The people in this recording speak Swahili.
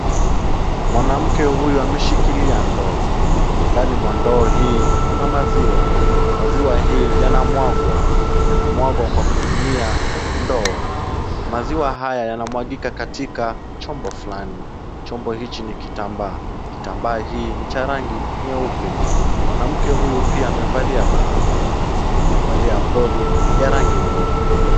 Mwanamke huyu ameshikilia ndo, ndani mwa ndoo hii, kuna maziwa, maziwa hii yanamwagwa, yanamwagwa kwa kutumia ndoo, maziwa haya yanamwagika katika chombo fulani, chombo hichi ni kitambaa, kitambaa hii ni cha rangi nyeupe, mwanamke huyu pia amevalia barakoa, amevalia proli, ya rangi nyeupe.